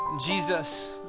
Jesus